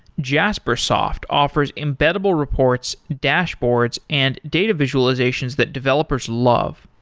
jaspersoft offers embeddable reports, dashboards and data visualizations that developers love.